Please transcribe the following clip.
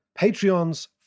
Patreons